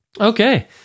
Okay